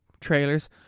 trailers